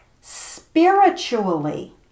spiritually